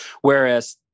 Whereas